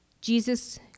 Jesus